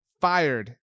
fired